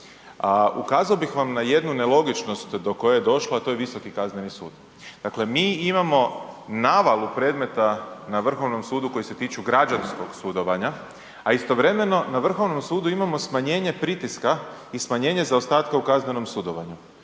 ukazao bi vam na jednu nelogičnost do koje je došla a to je Visoki kazneni sud. Dakle, mi imamo navalu predmetu na Vrhovnom sudu, koji se tiču građanskog sudovanja, a istovremeno, na Vrhovnom sudu, imamo smanjenje pritiska i smanjenje zaostatka u kaznenom sudovanju.